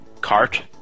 cart